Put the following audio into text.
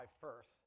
first